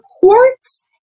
courts